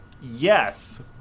yes